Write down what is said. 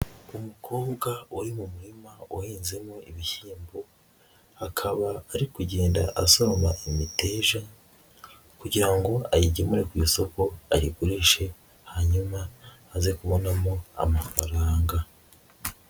Umukobwa wari mu murima uhinzemo ibishyimbo, akaba ari kugenda asoroma imiteja kugira ngo ayigemure ku isoko ayigurishe hanyuma aze kubonamo amafaranga.